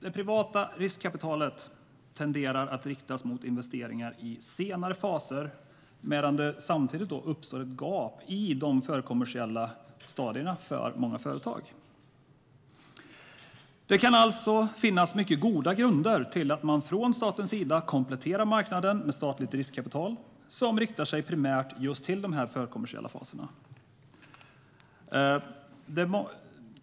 Det privata riskkapitalet tenderar att riktas mot investeringar i senare faser. Samtidigt uppstår det för många företag ett gap i de förkommersiella stadierna. Det kan alltså finnas mycket goda grunder för att man från statens sida kompletterar marknaden med statligt riskkapital som primärt riktar in sig på just förkommersiella faser.